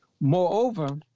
Moreover